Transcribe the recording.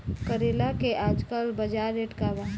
करेला के आजकल बजार रेट का बा?